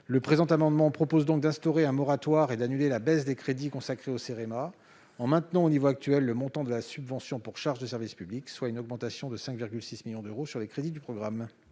Le présent amendement propose donc d'instaurer un moratoire et d'annuler la baisse des crédits consacrés au Cerema, en maintenant au niveau actuel le montant de la subvention pour charges de service public, soit une augmentation de 5,6 millions d'euros sur les crédits du programme.